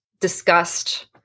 discussed